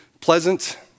pleasant